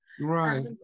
Right